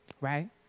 Right